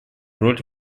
роль